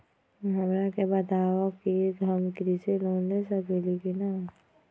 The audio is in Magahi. हमरा के बताव कि हम कृषि लोन ले सकेली की न?